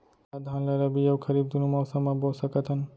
का धान ला रबि अऊ खरीफ दूनो मौसम मा बो सकत हन?